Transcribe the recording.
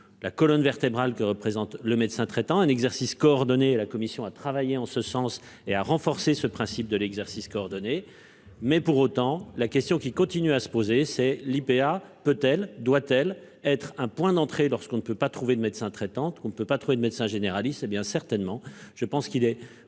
la colonne vertébrale que représente le médecin traitant un exercice coordonné la commission a travaillé en ce sens et à renforcer ce principe de l'exercice coordonné. Mais pour autant, la question qui continue à se poser, c'est l'IPA peut-elle doit-elle être un point d'entrée lorsqu'on ne peut pas trouver de médecin traitant. On ne peut pas trouver de médecins généralistes. Eh bien certainement. Je pense qu'il est